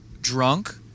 drunk